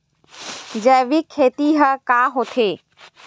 जैविक खेती ह का होथे?